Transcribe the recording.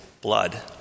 blood